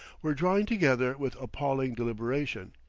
were drawing together with appalling deliberation.